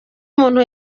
umuntu